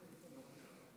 כבוד היושב-ראש,